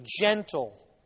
gentle